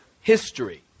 history